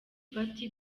party